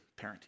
parenting